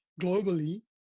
globally